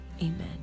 Amen